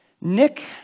Nick